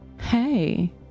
Hey